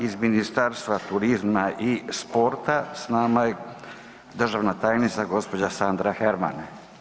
Iz Ministarstva turizma i sporta s nama je državna tajnica gđa. Sandra Herman.